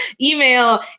Email